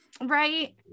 right